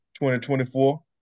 2024